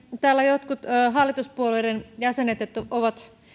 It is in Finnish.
täällä jotkut hallituspuolueiden jäsenet ovat